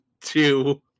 two